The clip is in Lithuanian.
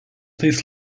tais